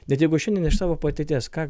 bet jeigu šiandien iš savo patirties ką